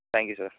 thank you sir